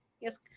Yes